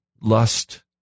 lust